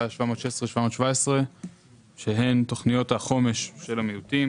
717-716 שהן תוכניות החומש של המיעוטים